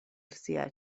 sia